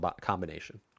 combination